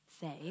say